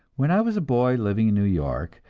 when i was a boy, living in new york,